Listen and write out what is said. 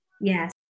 Yes